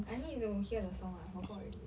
I need to hear the song ah forgot already ah